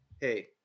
hey